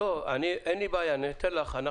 אין לי בעיה, אני אתן לך.